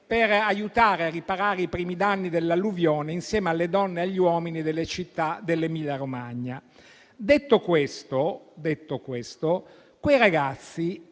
per aiutare a riparare i primi danni dell'alluvione, insieme alle donne e agli uomini delle città dell'Emilia Romagna. Detto questo, quei ragazzi